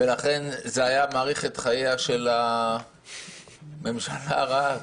זה היה מאריך את חייה של הממשלה הרעה הזאת.